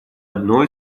одно